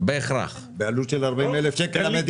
בהכרח --- אז אני